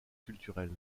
culturel